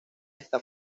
está